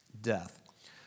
death